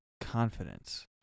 confidence